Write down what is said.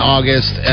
August